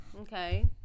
okay